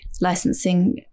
licensing